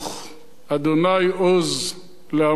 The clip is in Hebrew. השם עוז לעמו ייתן,